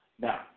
Now